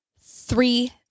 three